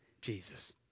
Jesus